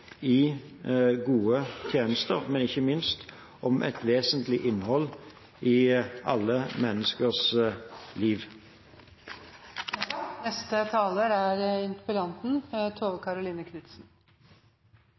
i gode tjenester, ikke minst om et vesentlig innhold i alle menneskers liv.